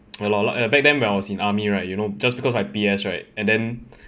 ya lor back then when I was in army right you know just because I P_S right and then